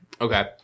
Okay